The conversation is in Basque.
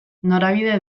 norabide